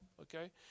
okay